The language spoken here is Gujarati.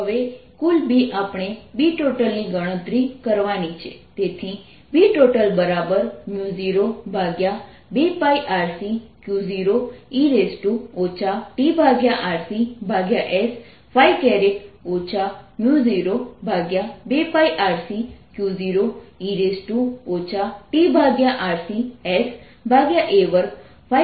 હવે કુલ B આપણે Btotalની ગણતરી કરવાની છે તેથી Btotal 02πRC Q0e tRCs 02πRCQ0e tRC sa2 દ્વારા આપવામાં આવશે